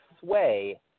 Sway